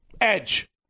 Edge